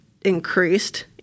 increased